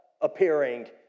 appearing